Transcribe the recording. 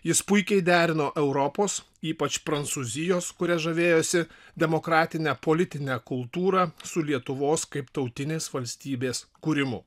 jis puikiai derino europos ypač prancūzijos kuria žavėjosi demokratinę politinę kultūrą su lietuvos kaip tautinės valstybės kūrimu